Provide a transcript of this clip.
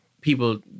people